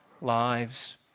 lives